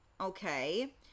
okay